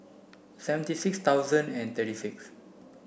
seventy six thousand and thirty six